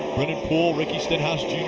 brendan poole, ricky stenhouse jr,